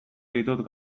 ditut